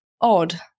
odd